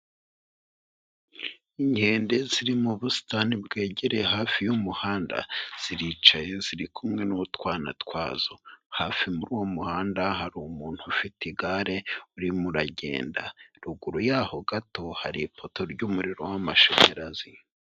Inkende ziri mu busitani bwegereye hafi y'umuhanda, ziricaye ziri kumwe n'utwana twazo. Hafi muri uwo muhanda hari umuntu ufite igare urimo uragenda. Ruguru yaho gato hari ipoto ry'umuriro w'amashanyarazi.